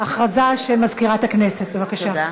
הודעה למזכירת הכנסת, בבקשה.